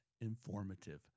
informative